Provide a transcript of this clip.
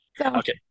Okay